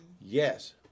yes